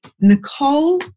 Nicole